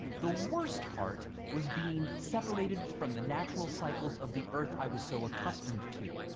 the worst part was being separated from the natural cycles of the earth i was so accustomed to.